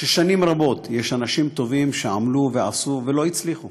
ששנים רבות יש אנשים טובים שעמלו ועשו ולא הצליחו,